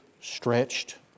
stretched